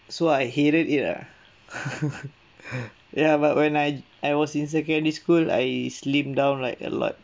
so I hated it ah ya but when I I was in secondary school I slim down like a lot